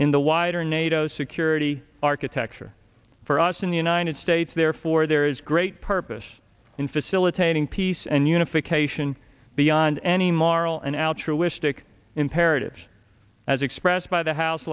in the wider nato security architecture for us in the united states therefore there is great purpose in facilitating peace and unification beyond any moral and altruism dick imperative as expressed by the house